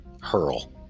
hurl